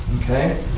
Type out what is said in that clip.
Okay